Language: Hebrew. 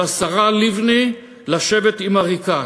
של השרה לבני לשבת עם עריקאת,